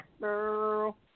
girl